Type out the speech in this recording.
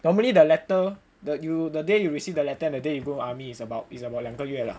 normally the letter the you the day you receive the letter and the day you go army is about is about 两个月 lah